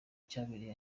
cyabereye